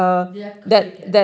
they are copy cats